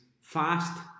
fast